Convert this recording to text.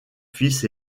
fils